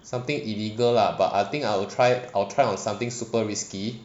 something illegal lah but I think I will try I'll try out something super risky